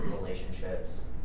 relationships